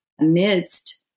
amidst